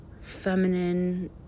feminine